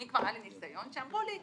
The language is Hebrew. אני כבר היה לי ניסיון שאמרו לי,